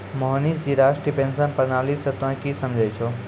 मोहनीश जी राष्ट्रीय पेंशन प्रणाली से तोंय की समझै छौं